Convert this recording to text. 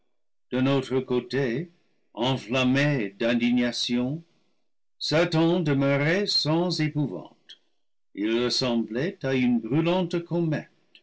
d'un autre côté enflammé d'indignation satan demeurait sans épouvante il ressemblait à une brûlante comète